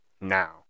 now